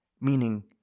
meaning